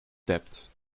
debt